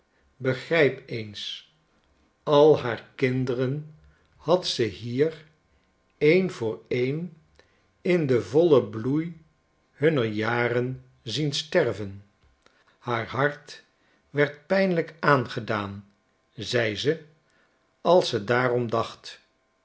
begrijp eens al haar kinderen schetsen uit amerika had ze hier een voor een in den vollen bloei hunner jaren zienstervenl haar hart werd pijnlijk aangedaan zei ze als ze daarom dacht